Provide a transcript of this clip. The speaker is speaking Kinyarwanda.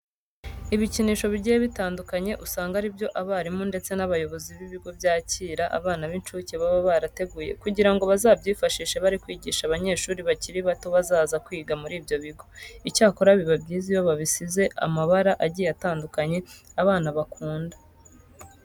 Ibikinisho bigiye bitandukanye usanga ari byo abarimu ndetse n'abayobozi b'ibigo byakira abana b'incuke baba barateguye kugira ngo bazabyifashishe bari kwigisha abanyeshuri bakiri bato bazaza kwiga muri ibyo bigo. Icyakora biba byiza iyo babisize amabara agiye atandukanye abana bakunda.